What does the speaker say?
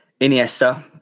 Iniesta